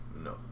No